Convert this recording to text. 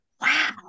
wow